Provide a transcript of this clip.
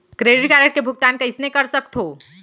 Credit card के भुगतान कइसने कर सकथो?